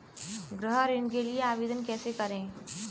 गृह ऋण के लिए आवेदन कैसे करें?